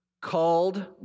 Called